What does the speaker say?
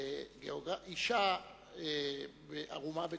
שאשה ערומה בתמונה,